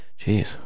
Jeez